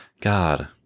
God